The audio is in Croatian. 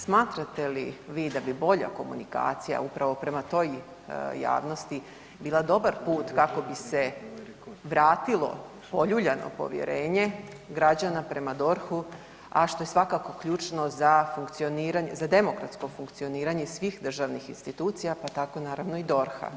Smatrate li vi da bi bolja komunikacija upravo prema toj javnosti bila dobar put kako bi se vratilo poljuljano povjerenje građana prema DORH-u a što je svakako ključno za funkcioniranje, za demokratsko funkcioniranje svih državnih institucija pa tako naravno i DORH-a?